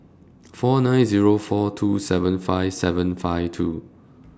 four nine Zero four two seven five seven five two